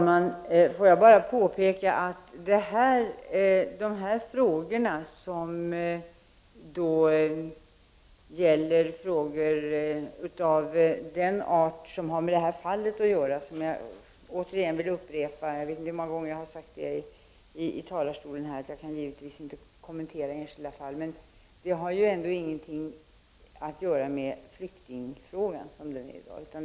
Herr talman! Jag vill bara återigen upprepa — jag vet inte hur många gånger jag i talarstolen har sagt detta — att jag givetvis inte kan kommentera det enskilda fallet. Denna fråga har inte heller något med flyktingfrågan att göra.